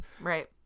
Right